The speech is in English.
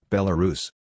Belarus